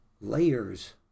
layers